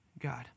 God